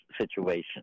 situation